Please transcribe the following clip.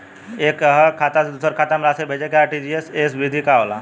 एकह खाता से दूसर खाता में राशि भेजेके आर.टी.जी.एस विधि का ह?